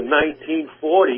1940